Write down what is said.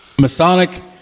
Masonic